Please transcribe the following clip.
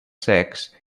secs